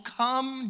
come